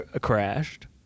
crashed